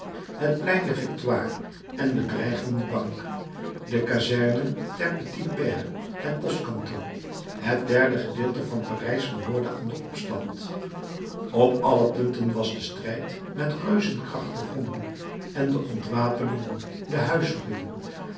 het plein des victoires en bedreigden de bank de kazerne der petit pères het postkantoor het derde gedeelte van parijs behoorde aan den opstand op alle punten was de strijd met reuzenkracht begonnen en de ontwapeningen de huiszoekingen